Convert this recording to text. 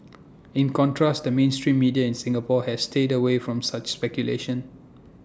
in contrast the mainstream media in Singapore has stayed away from such speculation